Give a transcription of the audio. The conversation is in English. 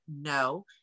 no